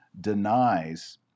denies